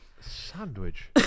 sandwich